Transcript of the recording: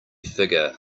figure